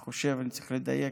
אני חושב, אני צריך לדייק.